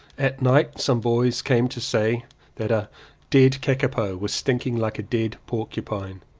at night some boys came to say that a dead kakapo was stinking like a dead porcupine.